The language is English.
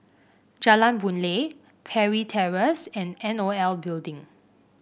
Jalan Boon Lay Parry Terrace and N O L Building